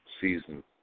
season